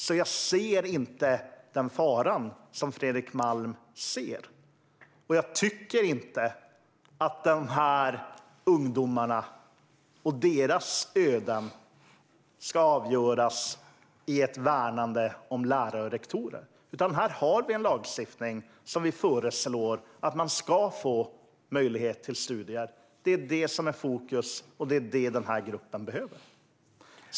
Jag ser därför inte den fara som Fredrik Malm ser. Jag tycker inte heller att de här ungdomarnas öden ska avgöras av ett värnande om lärare och rektorer. Här har vi i stället en lagstiftning som vi föreslår och som ger möjlighet till studier. Det är det som är fokus, och det är det den här gruppen behöver.